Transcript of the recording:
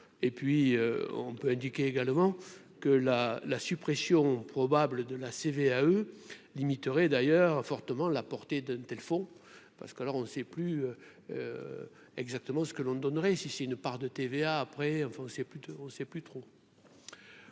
et puis on peut indiquer également que la la suppression probable de la CVAE limiteraient d'ailleurs a fortement la portée d'un tel font parce qu'alors on ne sait plus exactement ce que l'on donnerait si c'est une part de TVA après, enfin, c'est plus de